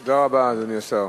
תודה רבה, אדוני השר.